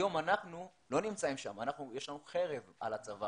היום אנחנו לא נמצאים שם, יש לנו חרב על הצוואר